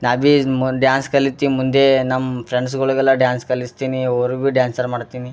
ನಾ ಬಿ ಮೊ ಡ್ಯಾನ್ಸ್ ಕಲಿತೀನಿ ಮುಂದೆ ನಮ್ಮ ಫ್ರೆಂಡ್ಸ್ಗಳಿಗೆಲ್ಲ ಡ್ಯಾನ್ಸ್ ಕಲಿಸ್ತೀನಿ ಅವರಿಗೂ ಡ್ಯಾನ್ಸರ್ ಮಾಡ್ತೀನಿ